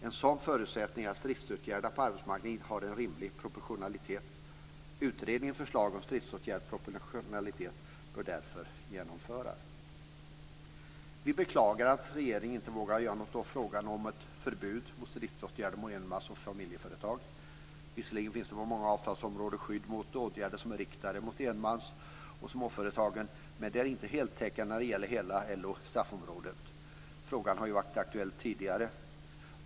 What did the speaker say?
En sådan förutsättning är att stridsåtgärderna på arbetsmarknaden har en rimlig proportionalitet. Utredningens förslag om stridsåtgärders proportionalitet bör därför genomföras. Vi beklagar att regeringen inte vågar göra något åt frågan om ett förbud mot stridsåtgärder mot enmansoch familjeföretag. Visserligen finns det på många avtalsområden skydd mot åtgärder som är riktade mot enmans och småföretagen, men de är inte heltäckande när det gäller hela LO-SAF-området. Frågan har varit aktuell tidigare.